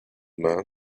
man